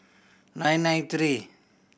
nine nine three